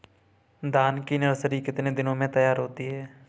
धान की नर्सरी कितने दिनों में तैयार होती है?